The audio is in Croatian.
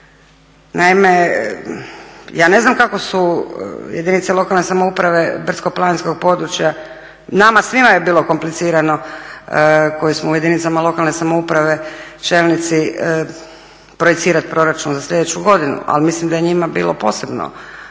Naime, ja ne znam kako su jedinice lokalne samouprave brdsko-planinskog područja nama svima je bilo komplicirano koji smo u jedinicama lokalne samouprave čelnici projicirati proračun za sljedeću godinu, ali mislim da je njima bilo posebno